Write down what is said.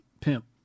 pimp